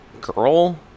girl